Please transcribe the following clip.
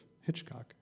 Hitchcock